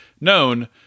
known